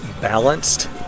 balanced